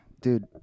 Dude